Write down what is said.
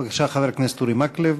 בבקשה, חבר הכנסת אורי מקלב.